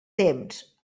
temps